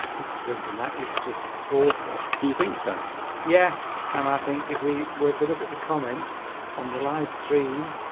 mr. duncan that is just awful do you think so yes and i think if we were to look at the comments on the livestream